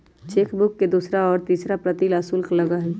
chequebook के दूसरा और तीसरा प्रति ला शुल्क लगा हई